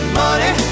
money